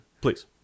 please